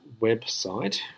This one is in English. website